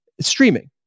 streaming